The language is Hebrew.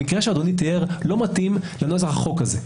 המקרה שאדוני תיאר לא מתאים לנוסח החוק הזה.